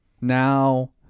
now